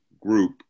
group